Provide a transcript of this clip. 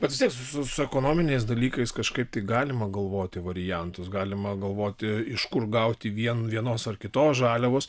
bet vis tiek su su ekonominiais dalykais kažkaip tik galima galvoti variantus galima galvoti iš kur gauti vien vienos ar kitos žaliavos